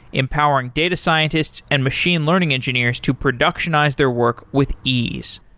empowering data scientists and machine learning engineers to productionize their work with ease.